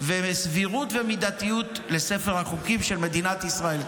וסבירות ומידתיות לספר החוקים של מדינת ישראל.